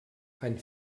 ein